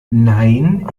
nein